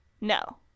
No